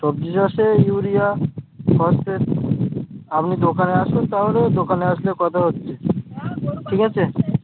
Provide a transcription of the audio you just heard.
সবজি চাষে urea phosphate আপনি দোকানে আসুন তাহলে দোকানে আসলে কথা হচ্ছে ঠিক আছে